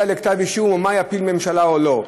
לכתב אישום או מה יפיל ממשלה או לא,